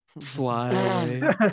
fly